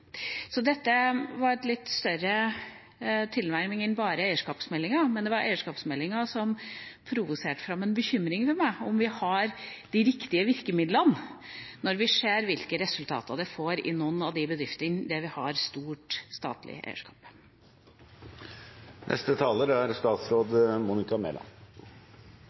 Dette var en litt større tilnærming enn bare eierskapsmeldinga, men det var eierskapsmeldinga som provoserte fram en bekymring hos meg for om vi har de riktige virkemidlene når vi ser hvilke resultater det får i noen av de bedriftene der det er stort statlig